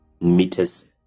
meters